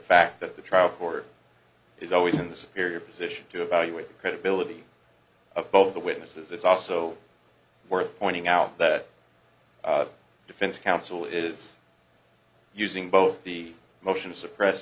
fact that the trial court is always in the superior position to evaluate the credibility of both the witnesses it's also worth pointing out that defense counsel is using both the motion to suppress